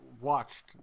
watched